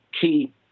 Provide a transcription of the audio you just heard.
key